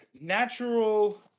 natural